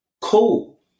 Cool